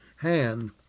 hand